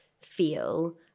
feel